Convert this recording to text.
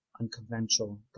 unconventional